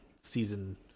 season